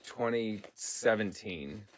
2017